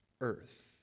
earth